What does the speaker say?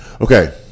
Okay